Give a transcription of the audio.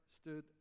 stood